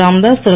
Ramdas Thiru